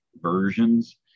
versions